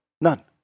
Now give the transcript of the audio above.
none